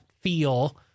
feel